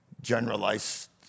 generalized